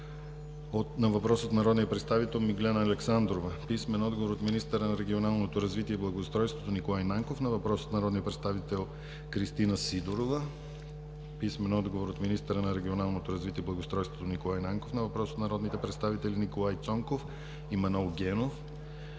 на въпрос от народния представител Миглена Александрова; - от министъра на регионалното развитие и благоустройството Николай Нанков на въпрос от народния представител Кристина Сидорова; - от министъра на регионалното развитие и благоустройството Николай Нанков на въпрос от народните представители Николай Цонков и Манол Генов;